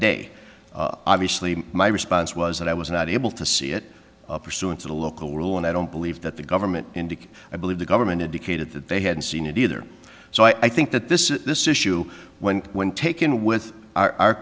day obviously my response was that i was not able to see it pursuant to the local rule and i don't believe that the government indicate i believe the government indicated that they had seen it either so i think that this is this issue when when taken with our